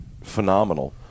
phenomenal